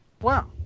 Wow